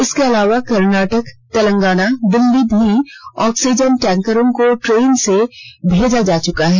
इसके अलावा कर्नाटका तेलंगाना दिल्ली भी ऑक्सीजन टैंकरों को टेनों से भेजा जा चुका हैं